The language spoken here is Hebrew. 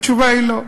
התשובה היא: לא.